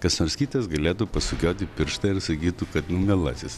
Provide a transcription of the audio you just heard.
kas nors kitas galėtų pasukioti pirštą ir sakytų kad nu mielasis